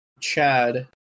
Chad